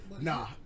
Nah